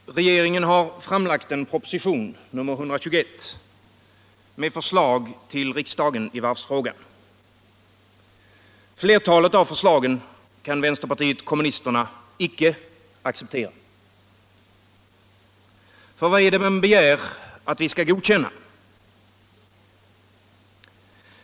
Herr talman! Regeringen har framlagt en proposition, nr 121, med förslag till riksdagen i varvsfrågan. Flertalet av förslagen kan vänsterpartiet kommunisterna icke acceptera. Ty vad är det man begär att vi skall godkänna?